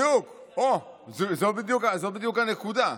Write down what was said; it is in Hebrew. בדיוק, זאת בדיוק הנקודה.